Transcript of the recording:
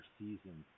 season